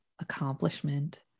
accomplishment